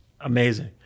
amazing